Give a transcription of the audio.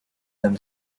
them